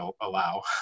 allow